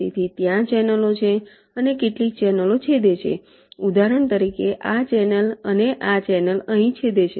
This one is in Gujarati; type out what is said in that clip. તેથી ત્યાં ચેનલો છે અને કેટલીક ચેનલો છેદે છે ઉદાહરણ તરીકે આ ચેનલ અને આ ચેનલ અહીં છેદે છે